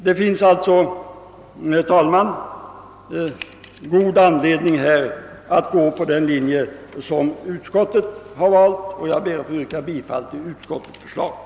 Det finns alltså, herr talman, fullgod anledning att gå på den linje som utskottet har valt, och jag ber att få yrka bifall till utskottets hemställan.